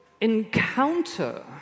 encounter